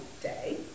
day